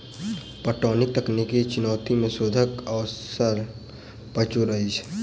पटौनीक तकनीकी चुनौती मे शोधक अवसर प्रचुर अछि